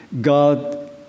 God